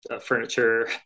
furniture